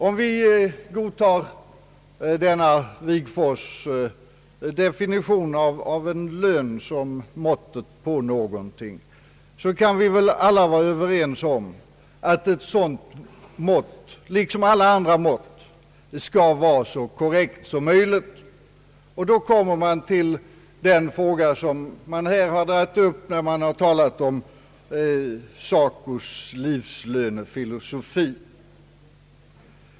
Om vi godtar denna definition av lönen som måttet på någonting, kan vi väl vara överens om att ett sådant mått liksom alla andra mått bör vara så korrekt som möjligt. Då kommer man fram till den fråga som diskuterats här, nämligen SACO:s livslönefilosofi.